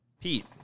Pete